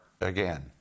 again